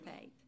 faith